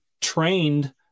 trained